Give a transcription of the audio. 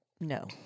No